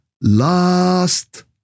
last